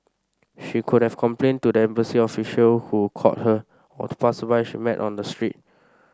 she could have complained to the embassy official who called her or to passersby she met on the street